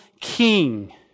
king